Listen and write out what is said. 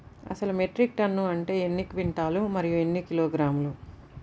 అసలు metric tonne అంటే ఎన్ని క్వింటాలు మరియు ఎన్ని కిలోగ్రాములు?